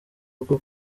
bwo